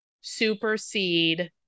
supersede